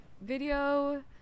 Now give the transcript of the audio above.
video